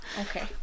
Okay